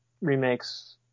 remakes